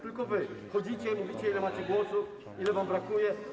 Tylko wy. Chodzicie, mówicie, ile macie głosów, ile wam brakuje.